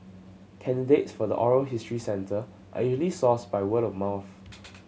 candidates for the oral history centre are usually sourced by word of mouth